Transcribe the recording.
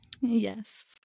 Yes